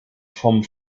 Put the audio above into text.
vom